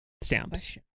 Stamps